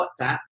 WhatsApp